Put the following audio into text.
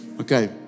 Okay